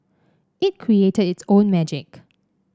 it created its own magic